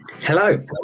hello